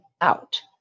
out